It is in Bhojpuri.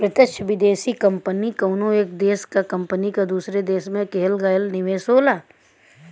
प्रत्यक्ष विदेशी निवेश कउनो एक देश क कंपनी क दूसरे देश में किहल गयल निवेश होला